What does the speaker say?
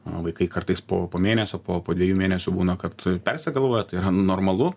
o vaikai kartais po po mėnesio po po dviejų mėnesių būna kad persigalvoja tai yra normalu